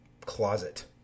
closet